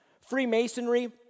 Freemasonry